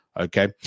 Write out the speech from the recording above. Okay